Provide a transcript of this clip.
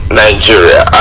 nigeria